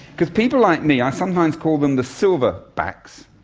because people like me, i sometimes call them the silver-backs,